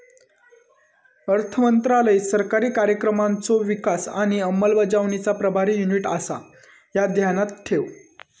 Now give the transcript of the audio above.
अर्थमंत्रालय सरकारी कार्यक्रमांचो विकास आणि अंमलबजावणीचा प्रभारी युनिट आसा, ह्या ध्यानात ठेव